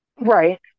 right